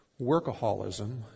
workaholism